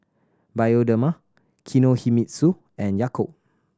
Bioderma Kinohimitsu and Yakult